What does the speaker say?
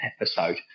episode